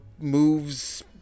moves